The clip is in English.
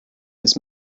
his